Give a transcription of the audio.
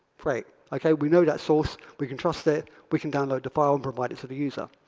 great. ok, we know that source, we can trust it, we can download the file and provide it to the user.